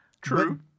true